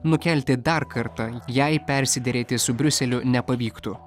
nukelti dar kartą jei persiderėti su briuseliu nepavyktų